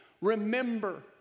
remember